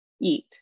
eat